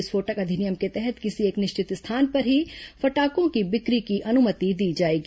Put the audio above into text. विस्फोटक अधिनियम के तहत किसी एक निश्चित स्थान पर ही फटाकों की बि क्री की अनुमति दी जाएगी